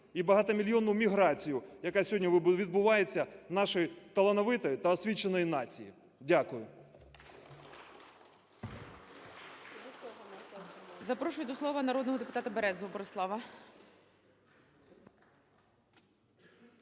і багатомільйонну міграцію, яка сьогодні відбувається нашої талановитої та освіченої нації. Дякую.